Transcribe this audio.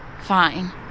Fine